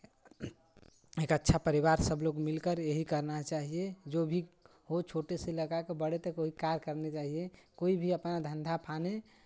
एक अच्छा परिवार सब लोग मिलकर यही करना चाहिए जो भी हो छोटे से लेकर बड़े तक वही कार्य करने चाहिए कोई भी अपना धंधा पानी